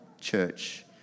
church